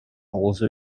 also